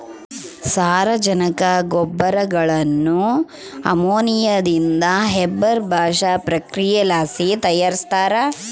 ಸಾರಜನಕ ಗೊಬ್ಬರಗುಳ್ನ ಅಮೋನಿಯಾದಿಂದ ಹೇಬರ್ ಬಾಷ್ ಪ್ರಕ್ರಿಯೆಲಾಸಿ ತಯಾರಿಸ್ತಾರ